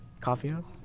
Coffeehouse